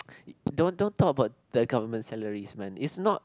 don't don't talk the government salaries man it's not